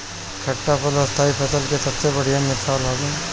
खट्टा फल स्थाई फसल के सबसे बढ़िया मिसाल हवे